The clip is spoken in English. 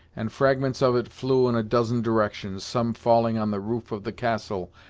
and fragments of it flew in a dozen directions, some falling on the roof of the castle,